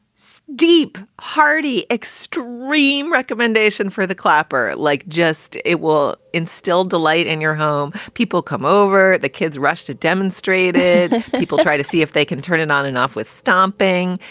so deep hardy extreme recommendation for the clapper like just it will instill delight in your home. people come over. the kids rush to demonstrate it. people try to see if they can turn it on and off with stomping.